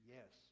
Yes